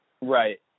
Right